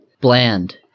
bland